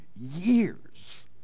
years